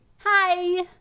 Hi